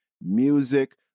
music